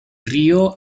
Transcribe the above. río